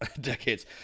decades